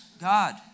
God